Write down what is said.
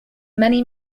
many